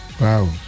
Wow